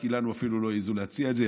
כי לנו אפילו לא העזו להציע את זה,